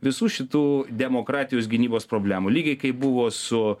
visų šitų demokratijos gynybos problemų lygiai kaip buvo su